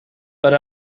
per